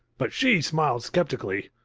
but she smiled skeptically,